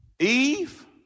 Eve